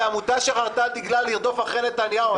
זאת עמותה שחרתה על דגלה לרדוף אחרי נתניהו.